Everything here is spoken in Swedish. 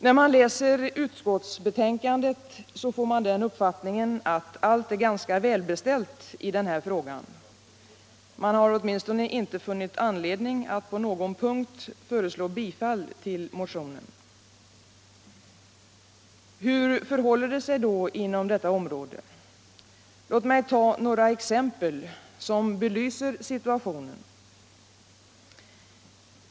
När man läser utskottsbetänkandet får man uppfattningen att allt är ganska välbeställt i den här frågan. Utskottet har åtminstone inte funnit anledning att på någon punkt föreslå bifall till motionen. Hur förhåller det sig då inom detta område? Låt mig ta några exempel som belyser situationen.